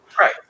Right